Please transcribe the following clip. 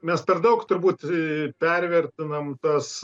mes per daug turbūt pervertinam tas